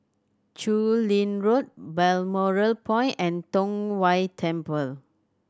Chu Lin Road Balmoral Point and Tong Whye Temple